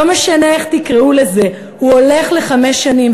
לא משנה איך תקראו לזה, הוא הולך לחמש שנים.